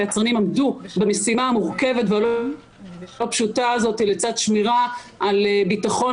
והיצרנים עמדו במשימה המורכבת והלא פשוטה הזאת לצד שמירה על ביטחון